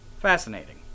Fascinating